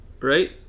right